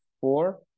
four